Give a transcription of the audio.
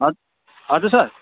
ह हजुर सर